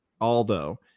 Aldo